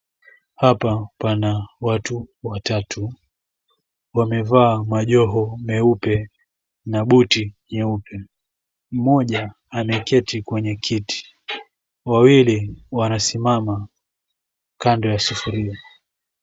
Hapa pana watu watatu, wamevaa majoho meupe na buti nyeupe. Mmoja ameketi kwenye kiti, wawili wanasimama kando ya sufuria.